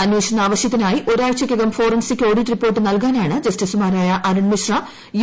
അന്വേഷണ ആവശ്യത്തിനായി ഒരാഴ്ചീയ്ക്ക്കം ഫോറൻസിക് ഓഡിറ്റ് റിപ്പോർട്ട് നൽകാനാണ് ജസ്റ്റിസുമാരായ അരുൺ മിശ്ര യു